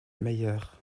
meyer